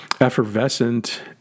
effervescent